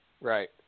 Right